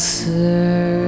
sir